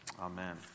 Amen